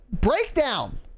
breakdown